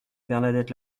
bernadette